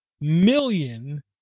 million